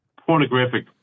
pornographic